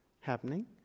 happening